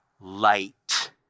light